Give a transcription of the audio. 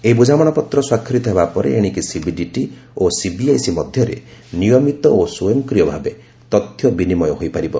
ଏହି ବୁଝାମଣାପତ୍ର ସ୍ୱାକ୍ଷରିତ ହେବା ପରେ ଏଶିକି ସିବିଡିଟି ଓ ସିବିଆଇସି ମଧ୍ୟରେ ନିୟମିତ ଓ ସ୍ୱୟଂକ୍ରିୟ ଭାବେ ତଥ୍ୟ ବିନିମୟ ହୋଇପାରିବ